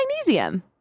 magnesium